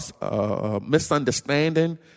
misunderstanding